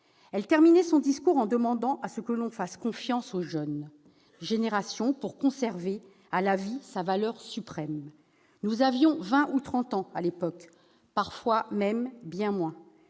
Elle terminait son discours en demandant que l'on fasse confiance aux jeunes générations pour conserver à la vie sa valeur suprême. Nous avions vingt ou trente ans à l'époque, parfois même bien moins.